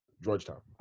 Georgetown